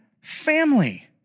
family